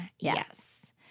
Yes